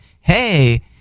hey